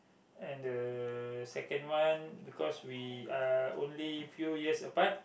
and the second one because we are only few years apart